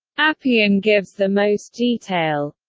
appian gives the most detail